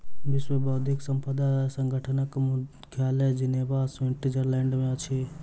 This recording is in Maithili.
विश्व बौद्धिक संपदा संगठनक मुख्यालय जिनेवा, स्विट्ज़रलैंड में अछि